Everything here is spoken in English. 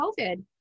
COVID